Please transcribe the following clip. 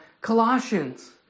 Colossians